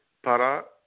para